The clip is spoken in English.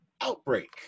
outbreak